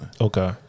Okay